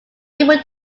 able